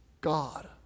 God